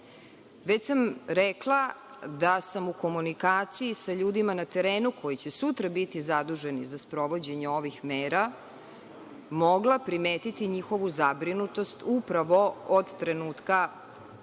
sam rekla da sam u komunikaciji sa ljudima na terenu koji će sutra biti zaduženi za sprovođenje ovih mera, mogla primetiti njihovu zabrinutost upravo od trenutka izricanja